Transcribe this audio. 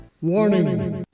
Warning